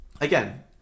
again